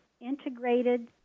integrated